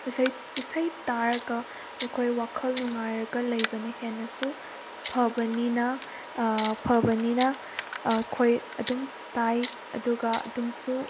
ꯏꯁꯩ ꯇꯥꯔꯒ ꯑꯩꯈꯣꯏ ꯋꯥꯈꯜ ꯅꯨꯡꯉꯥꯏꯔꯒ ꯂꯩꯕꯅ ꯍꯦꯟꯅꯁꯨ ꯐꯕꯅꯤꯅ ꯐꯕꯅꯤꯅ ꯑꯩꯈꯣꯏ ꯑꯗꯨꯝ ꯇꯥꯏ ꯑꯗꯨꯒ ꯑꯗꯨꯝꯁꯨ